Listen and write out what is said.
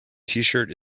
tshirt